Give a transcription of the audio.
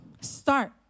Start